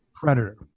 Predator